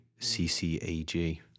CCAG